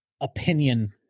opinion